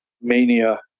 mania